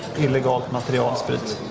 illegal material. ah so but